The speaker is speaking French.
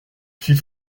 fit